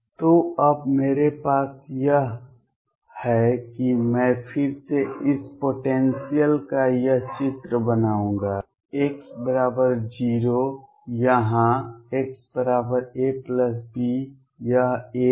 तो अब मेरे पास यह है कि मैं फिर से इस पोटेंसियल का यह चित्र बनाऊंगा x 0 यहाँ x a b यह a है